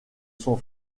son